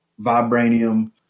vibranium